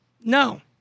no